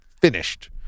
finished